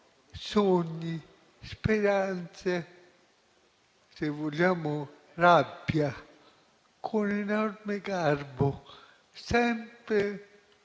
sogni, speranze, se vogliamo rabbia, con enorme garbo, sempre